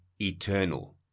eternal